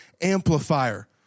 amplifier